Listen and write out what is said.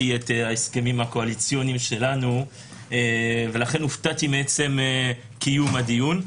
את ההסכמים הקואליציוניים שלנו ולכן הופתעתי מעצם קיום הדיון,